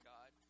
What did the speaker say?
God